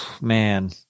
man